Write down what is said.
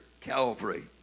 Calvary